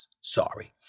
Sorry